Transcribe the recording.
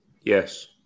Yes